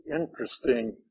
interesting